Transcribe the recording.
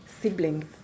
siblings